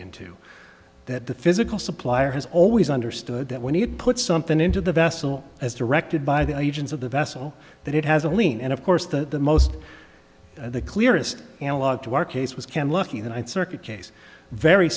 into that the physical supplier has always understood that when you put something into the vessel as directed by the agents of the vessel that it has a lien and of course the most the clearest analogue to our case was can lucky and circuit case very